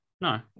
no